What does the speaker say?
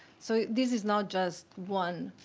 so this is not just one,